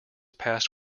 passed